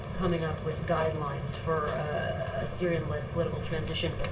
coming up with guidelines for a syrian-led political transition,